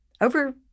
Over